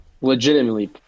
legitimately